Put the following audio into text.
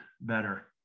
better